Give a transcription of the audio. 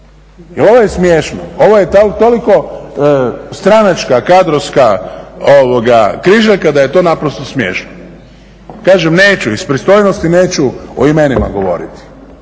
ovo je smiješno, ovo je toliko stranačka, kadrovska križaljka da je to naprosto smiješno. Kažem neću, iz pristojnosti neću o imenima govoriti.